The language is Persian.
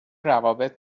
روابط